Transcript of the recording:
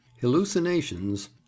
Hallucinations